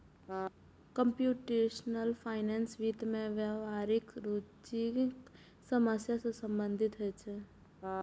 computational finance वित्त मे व्यावहारिक रुचिक समस्या सं संबंधित होइ छै